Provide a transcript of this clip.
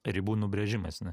ribų nubrėžimais n